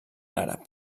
àrab